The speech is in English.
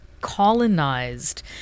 colonized